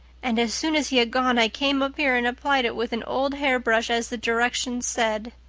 and as soon as he had gone i came up here and applied it with an old hairbrush as the directions said.